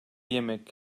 yemek